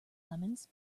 lemons